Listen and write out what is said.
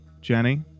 Jenny